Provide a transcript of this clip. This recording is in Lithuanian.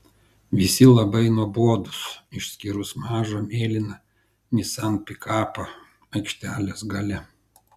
visi labai nuobodūs išskyrus mažą mėlyną nissan pikapą aikštelės gale